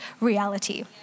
reality